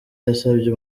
yasabye